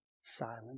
silent